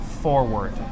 forward